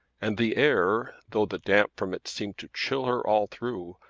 and the air, though the damp from it seemed to chill her all through,